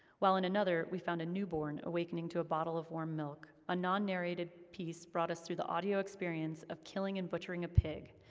while in another, we found a newborn awakening to a bottle of warm milk. a non-narrated piece brought us through the audio experience of killing and butchering a pig,